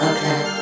Okay